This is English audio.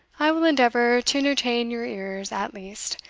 i will endeavour to entertain your ears at least,